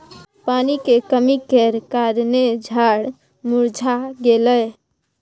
पानी के कमी केर कारणेँ झाड़ मुरझा गेलै